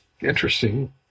interesting